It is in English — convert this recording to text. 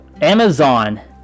Amazon